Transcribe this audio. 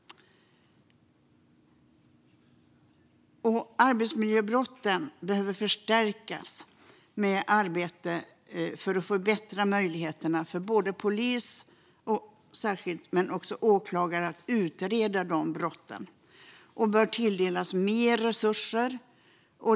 Arbetet mot arbetsmiljöbrott behöver förstärkas för att förbättra möjligheterna för särskilt polis men också åklagare att utreda brotten. Man bör tilldelas mer resurser.